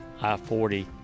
I-40